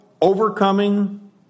overcoming